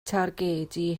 targedu